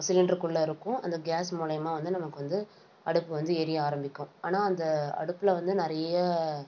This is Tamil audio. சிலிண்டருக்குள்ளே இருக்கும் அந்த கேஸ் மூலயமா வந்து நமக்கு வந்து அடுப்பு வந்து எரிய ஆரபிக்கும் ஆனால் அந்த அடுப்பில் வந்து நிறைய